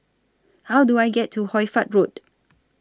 How Do I get to Hoy Fatt Road